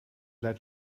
let